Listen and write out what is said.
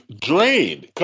drained